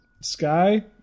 Sky